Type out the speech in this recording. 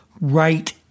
right